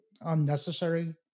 unnecessary